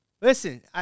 listen